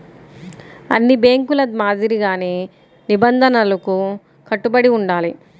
అన్ని బ్యేంకుల మాదిరిగానే నిబంధనలకు కట్టుబడి ఉండాలి